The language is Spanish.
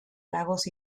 lagos